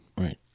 Right